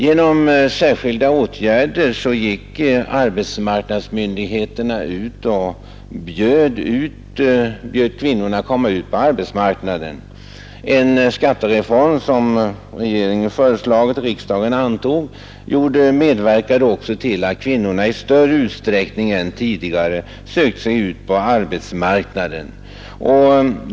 Genom särskilda åtgärder gick arbetsmarknadsmyndigheterna ut och bjöd kvinnorna att komma ut på arbetsmarknaden. Den skattereform som regeringen föreslog och som riksdagen antog medverkade också till att kvinnorna i större utsträckning än tidigare sökte sig ut på arbetsmarknaden.